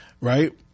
Right